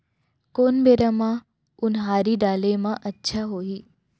कोन बेरा म उनहारी डाले म अच्छा होही?